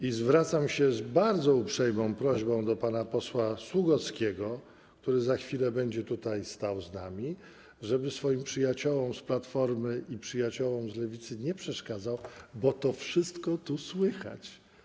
I zwracam się z bardzo uprzejmą prośbą do pana posła Sługockiego, który za chwilę będzie tutaj stał z nami, żeby swoim przyjaciołom z Platformy i przyjaciołom z Lewicy nie przeszkadzał, bo to wszystko tu słychać.